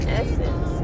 essence